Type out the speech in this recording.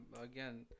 again